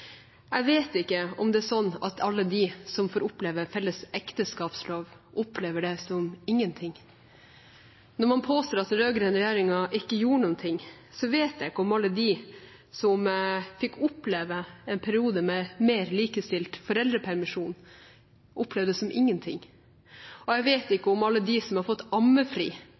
Jeg vet ikke om det er sånn at alle de som får oppleve felles ekteskapslov, opplever det som ingenting. Når man påstår at den rød-grønne regjeringen ikke gjorde noen ting, vet jeg ikke om alle de som fikk oppleve en periode med mer likestilt foreldrepermisjon, opplevde det som ingenting. Jeg vet ikke om alle de som har fått ammefri,